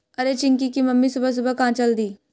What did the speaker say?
अरे चिंकी की मम्मी सुबह सुबह कहां चल दी?